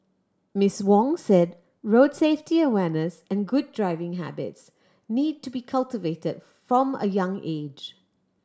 Miss Wong said road safety awareness and good driving habits need to be cultivated from a young age